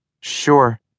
Sure